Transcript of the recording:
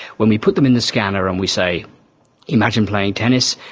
when we put them in the scanner and we say imagine playing tennis,